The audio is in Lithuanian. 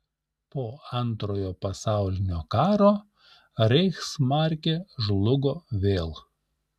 po antrojo pasaulinio karo reichsmarkė žlugo vėl